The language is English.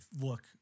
look